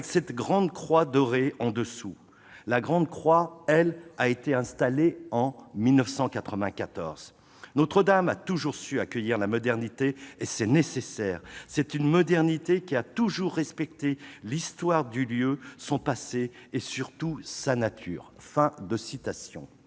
cette grande croix dorée au-dessus. « La grande croix, elle, a été installée en 1994. Notre-Dame a toujours su accueillir la modernité, et c'est nécessaire. « C'est une modernité qui a toujours respecté l'histoire du lieu, son passé, et surtout sa nature. »